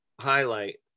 highlight